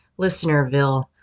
Listenerville